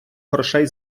грошей